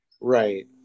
Right